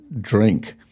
drink